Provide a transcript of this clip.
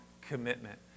commitment